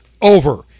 over